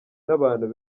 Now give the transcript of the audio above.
n’abantu